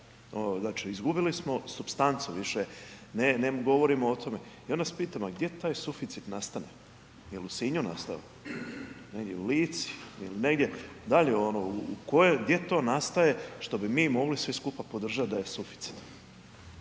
Znači izgubili smo supstancu više ne govorimo o tome. I onda se pitam a gdje taj suficit nastane, je li u Sinju nastao, negdje u Lici ili negdje dalje ono, gdje to nastaje što bi mi mogli svi skupa podržati da je suficit.